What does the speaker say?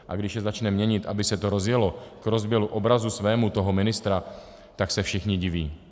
A když je začne měnit, aby se to rozjelo, k obrazu svému toho ministra, tak se všichni diví.